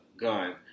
gun